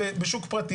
שונות.